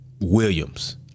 Williams